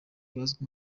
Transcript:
bazwi